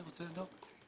אם אתם דורשים.